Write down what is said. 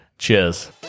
Cheers